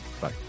Bye